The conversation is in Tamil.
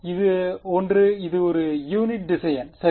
அது ஒன்று இது ஒரு யூனிட் திசையன் சரி